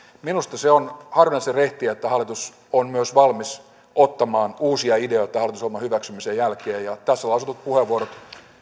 minusta se on harvinaisen rehtiä että hallitus on myös valmis ottamaan uusia ideoita hallitusohjelman hyväksymisen jälkeen ja tässä lausutut puheenvuorot